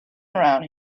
around